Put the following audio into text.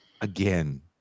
again